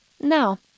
Now